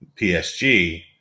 PSG